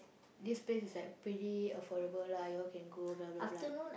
this place is like pretty affordable lah y'all can go blah blah blah